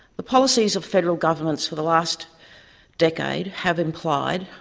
the policies of federal governments for the last decade have implied,